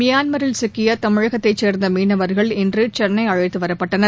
மியான்மரில் சிக்கிய தமிழகத்தை சேர்ந்த மீனவர்கள் இன்று சென்னை அழைத்து வரப்பட்டனர்